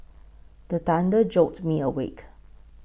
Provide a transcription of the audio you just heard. the thunder jolt me awake